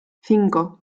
cinco